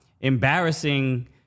embarrassing